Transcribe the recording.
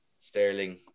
Sterling